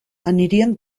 anirien